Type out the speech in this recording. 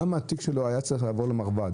למה התיק שלו היה צריך לעבור למרב"ד?